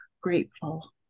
grateful